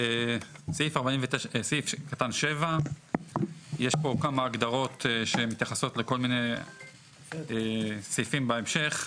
סעיף 7. יש פה כמה הגדרות שמתייחסות לכל מיני סעיפים בהמשך.